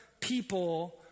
people